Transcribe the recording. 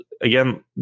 Again